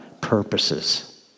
purposes